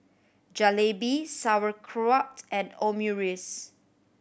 Jalebi Sauerkraut and Omurice